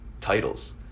titles